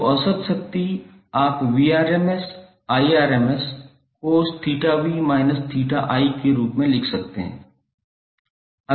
तो औसत शक्ति आप 𝑐𝑜𝑠𝜃𝑣−𝜃𝑖 के रूप में लिख सकते हैं